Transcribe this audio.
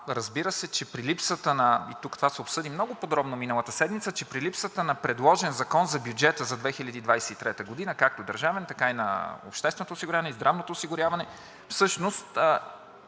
седмица, че при липсата на предложен Закон за бюджета за 2023 г., както държавен, така и на общественото осигуряване, и здравното осигуряване, всъщност служебното